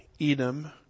Edom